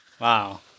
Wow